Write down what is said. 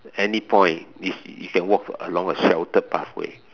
any point if you can walk along a sheltered pathway